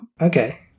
Okay